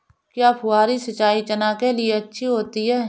क्या फुहारी सिंचाई चना के लिए अच्छी होती है?